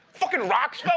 fucking rocks fell